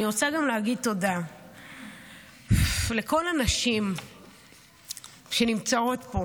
אני רוצה גם להגיד תודה לכל הנשים שנמצאות פה